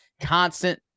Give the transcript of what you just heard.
constant